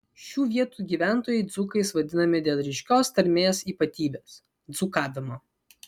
šių vietų gyventojai dzūkais vadinami dėl ryškios tarmės ypatybės dzūkavimo